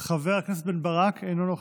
חבר הכנסת בן ברק, אינו נוכח,